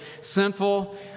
sinful